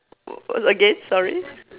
oh a~ again sorry